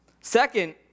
Second